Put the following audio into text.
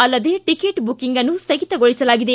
ಅಲ್ಲದೇ ಟಿಕೆಟ್ ಬುಕ್ಕಿಂಗ್ನ್ನು ಸ್ಟಗಿತಗೊಳಿಸಲಾಗಿದೆ